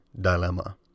dilemma